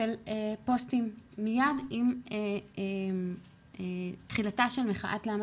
של פוסטים מיד עם תחילתה של מחאת 'למה